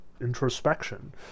introspection